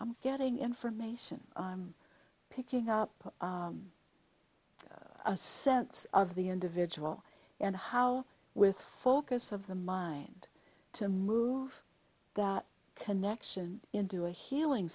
i'm getting information i'm picking up a sense of the individual and how with focus of the mind to move that connection in do a healing